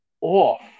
off